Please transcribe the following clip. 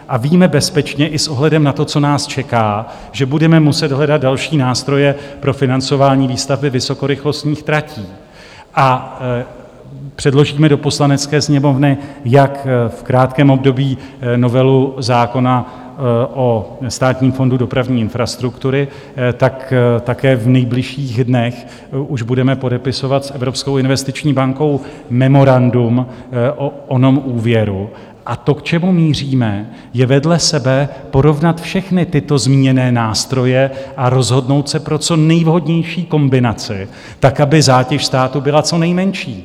A víme bezpečně i s ohledem na to, co nás čeká, že budeme muset hledat další nástroje pro financování výstavby vysokorychlostních tratí, a předložíme do Poslanecké sněmovny jak v krátkém období novelu zákona o Státním fondu dopravní infrastruktury, tak také v nejbližších dnech už budeme podepisovat s Evropskou investiční bankou memorandum o onom úvěru, a to, k čemu míříme, je vedle sebe porovnat všechny tyto zmíněné nástroje a rozhodnout se pro co nejvhodnější kombinaci tak, aby zátěž státu byla co nejmenší.